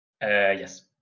Yes